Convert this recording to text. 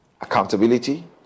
Accountability